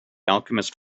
alchemist